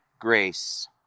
grace